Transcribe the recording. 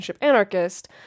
anarchist